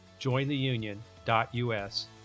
jointheunion.us